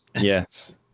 Yes